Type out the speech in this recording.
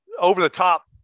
over-the-top